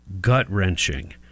gut-wrenching